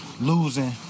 losing